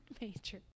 major